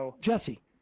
Jesse